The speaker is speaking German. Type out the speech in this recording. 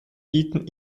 bieten